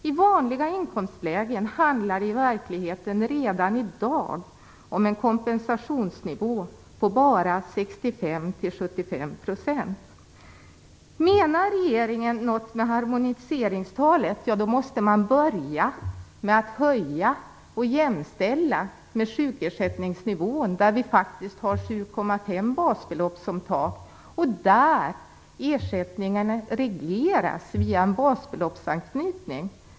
I vanliga inkomstlägen handlar det i verkligheten redan i dag om en kompensationsnivå på bara 65-75 Om regeringen menar något med harmoniseringstalet måste man börja med att höja nivån och jämställa den med sjukersättningsnivån. Där har vi faktiskt 7,5 basbelopp som tak, och ersättningarna regleras via en basbeloppsanknytning.